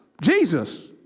Jesus